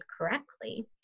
correctly